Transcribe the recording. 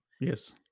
Yes